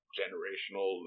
generational